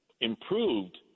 improved